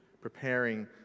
preparing